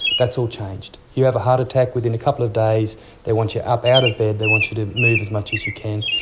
all changed. you have a heart attack, within a couple of days they want you up out of bed, they want you to move as much as you can.